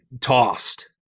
tossed